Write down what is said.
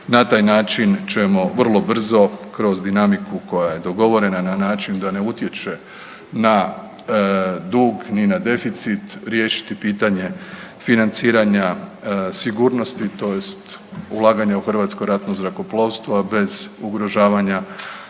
na taj način ćemo vrlo brzo kroz dinamiku koja je dogovorena na način da ne utječe na dug ni na deficit riješiti pitanje financiranja sigurnosti, tj. ulaganja u Hrvatsko ratno zrakoplovstvo bez ugrožavanja